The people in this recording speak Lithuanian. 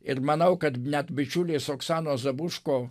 ir manau kad net bičiulės oksanos zabuško